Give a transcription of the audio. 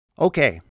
Okay